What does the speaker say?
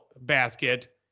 basket